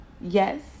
yes